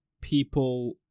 people